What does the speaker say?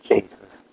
Jesus